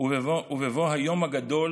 ובבוא היום הגדול